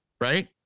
right